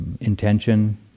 intention